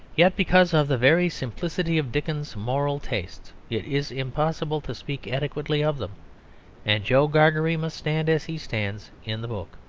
yet because of the very simplicity of dickens's moral tastes it is impossible to speak adequately of them and joe gargery must stand as he stands in the book,